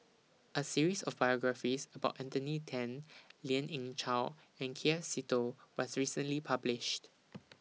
A series of biographies about Anthony Then Lien Ying Chow and K F Seetoh was recently published